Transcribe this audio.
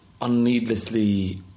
unneedlessly